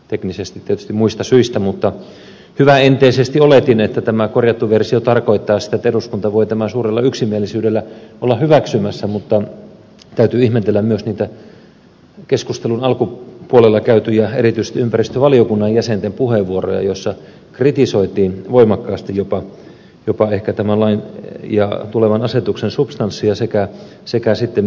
teknisesti tietysti muista syistä mutta hyväenteisesti oletin että tämä korjattu versio tarkoittaa sitä että eduskunta voi tämän suurella yksimielisyydellä olla hyväksymässä mutta täytyy ihmetellä myös niitä keskustelun alkupuolella käytyjä erityisesti ympäristövaliokunnan jäsenten puheenvuoroja joissa kritisoitiin voimakkaasti jopa ehkä tämän lain ja tulevan asetuksen substanssia sekä myös käsittelyä